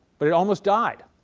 but it almost died.